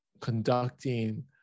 conducting